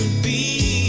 be